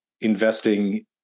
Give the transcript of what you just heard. investing